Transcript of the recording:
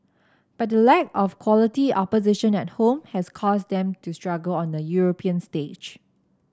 but the lack of quality opposition at home has caused them to struggle on the European stage